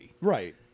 Right